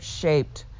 shaped